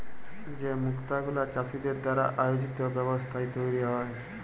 যে মুক্ত গুলা চাষীদের দ্বারা আয়জিত ব্যবস্থায় তৈরী হ্যয়